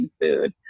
food